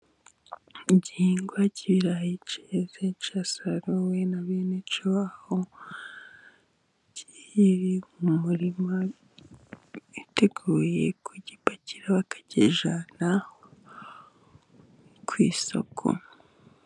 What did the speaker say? Igihingwa cy' ibirayi ceze cyasaruwe na bene co kiri mu murima, biteguye ku gipakira bakakijyana ku isoko.